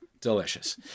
Delicious